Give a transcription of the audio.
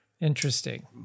Interesting